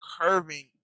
curving